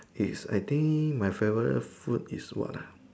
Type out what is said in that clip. is I think my favourite food is what ah